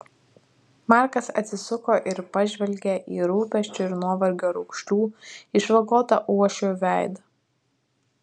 markas atsisuko ir pažvelgė į rūpesčių ir nuovargio raukšlių išvagotą uošvio veidą